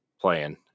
playing